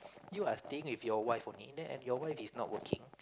you are staying with your wife only then and your wife is not working